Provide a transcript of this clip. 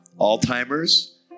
Alzheimer's